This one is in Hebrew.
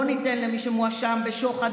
לא ניתן למי שמואשם בשוחד,